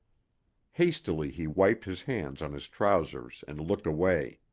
hastily he wiped his hands on his trousers and looked away.